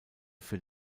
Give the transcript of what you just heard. für